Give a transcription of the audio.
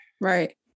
Right